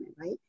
right